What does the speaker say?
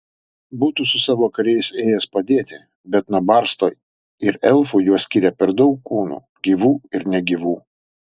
būtų su savo kariais ėjęs padėti bet nuo barsto ir elfų juos skyrė per daug kūnų gyvų ir negyvų